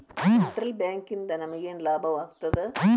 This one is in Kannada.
ಸೆಂಟ್ರಲ್ ಬ್ಯಾಂಕಿಂದ ನಮಗೇನ್ ಲಾಭಾಗ್ತದ?